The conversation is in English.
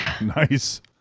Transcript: Nice